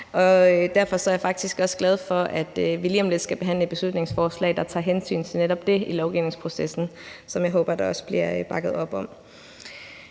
Derfor er jeg faktisk også glad for, at vi lige om lidt skal behandle et beslutningsforslag, der tager hensyn til netop det i lovgivningsprocessen, og som jeg også håber der bliver bakket op om.